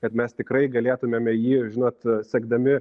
kad mes tikrai galėtumėme jį žinot sekdami